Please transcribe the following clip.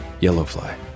Yellowfly